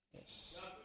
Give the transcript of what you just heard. Yes